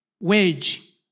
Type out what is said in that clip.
wage